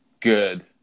good